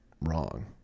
wrong